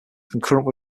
concurrent